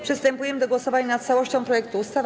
Przystępujemy do głosowania nad całością projektu ustawy.